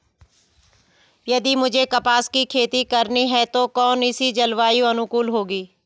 यदि मुझे कपास की खेती करनी है तो कौन इसी जलवायु अनुकूल होगी?